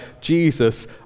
Jesus